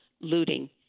looting